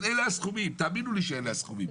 ואלה הסכומים, תאמינו לי שאלה הסכומים.